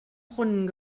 brunnen